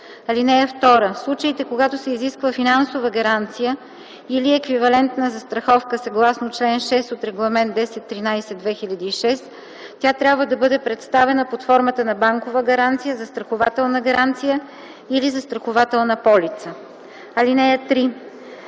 (2) В случаите, когато се изисква финансова гаранция или еквивалентна застраховка съгласно чл. 6 от Регламент 1013/2006, тя трябва да бъде представена под формата на банкова гаранция, застрахователна гаранция или застрахователна полица. (3)